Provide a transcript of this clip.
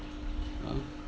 !huh!